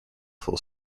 full